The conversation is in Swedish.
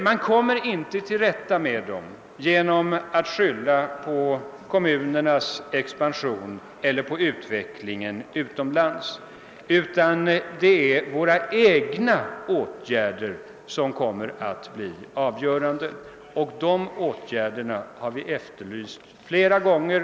Vi kommer inte till rätta med dem genom att skylla på kommunernas expansion eller på utvecklingen utomlands, utan det är våra egna åtgärder som kommer att bli avgörande — och de åtgärderna har oppositionen efterlyst många gånger.